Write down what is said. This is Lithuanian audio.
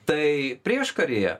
tai prieškaryje